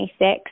26